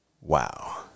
wow